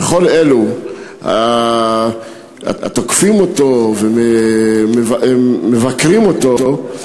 וכל אלה התוקפים אותו ומבקרים אותו,